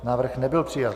Návrh nebyl přijat.